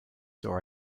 saw